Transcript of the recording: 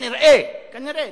כנראה,